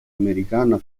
americana